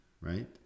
right